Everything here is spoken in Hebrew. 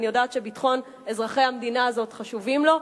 ואני יודעת שביטחון אזרחי המדינה הזאת חשוב לו,